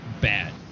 bad